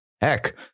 heck